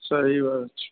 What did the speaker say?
सही बात छै